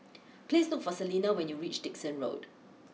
please look for Celena when you reach Dickson Road